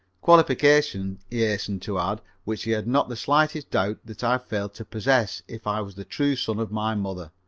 qualifications, he hastened to add, which he had not the slightest doubt that i failed to possess if i was the true son of my mother,